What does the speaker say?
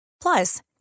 Plus